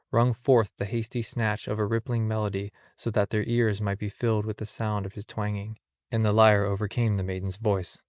rung forth the hasty snatch of a rippling melody so that their ears might be filled with the sound of his twanging and the lyre overcame the maidens' voice.